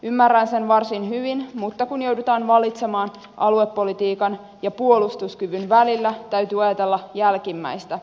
ymmärrän sen varsin hyvin mutta kun joudutaan valitsemaan aluepolitiikan ja puolustuskyvyn välillä täytyy ajatella jälkimmäistä